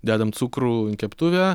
dedam cukrų į keptuvę